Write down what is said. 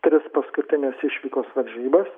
tris paskutines išvykos varžybas